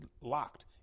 locked